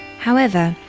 however,